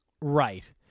Right